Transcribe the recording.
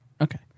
Okay